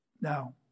Now